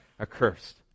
accursed